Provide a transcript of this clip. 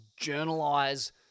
journalize